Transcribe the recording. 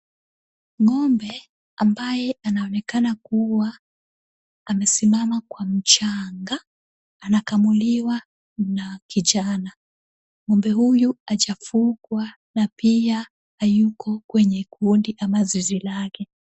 Ng'ombe ambaye anonekana kuwa amesimama kwa mchanga anakamuliwa na kijana. Ng'ombe huyu hajafungwa na pia hayuko kwenye kundi au zizi lake.